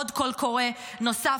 קול קורא נוסף,